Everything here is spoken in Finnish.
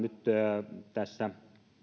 nyt tässä